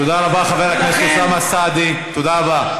תודה רבה,